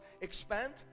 expand